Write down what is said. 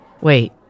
Wait